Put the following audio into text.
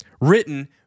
written